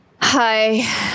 Hi